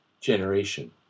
generation